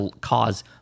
cause